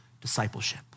discipleship